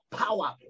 power